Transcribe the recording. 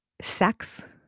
sex